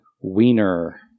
Wiener